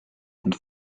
und